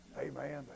Amen